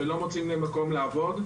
ולא מוצאים להם מקום עבודה.